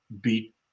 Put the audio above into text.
Beat